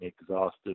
exhausted